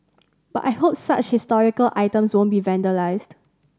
but I hope such historical items won't be vandalised